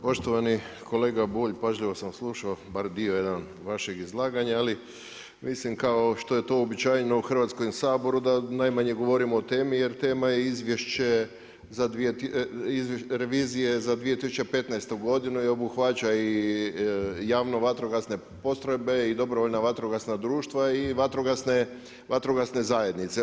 Poštovani kolega Bulj, pažljivo sam slušao bar dio jedan vašeg izlaganja, ali mislim kao što je to uobičajeno u Hrvatskom saboru da najmanje govorimo o temi, jer tema je Izvješće Revizije za 2015. godinu i obuhvaća i javno vatrogasne postrojbe i dobrovoljna vatrogasna društva i vatrogasne zajednice.